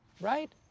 Right